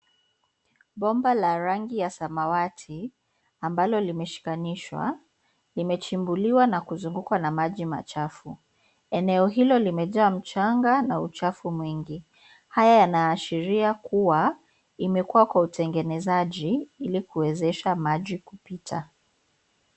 Bomba la rangi ya samawati ambalo limeshikanishwa limechimbuliwa na kuzungukwa na maji machafu. Eneo hilo limejaa mchanga na uchafu mwingi haya yanaashiria kuwa imekuwa kwa utengenezaji ili kukubalia maji kupita.